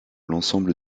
l’ensemble